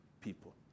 people